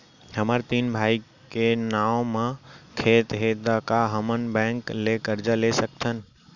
हमर तीन भाई के नाव म खेत हे त का हमन बैंक ले करजा ले सकथन?